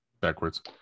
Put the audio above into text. backwards